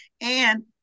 And-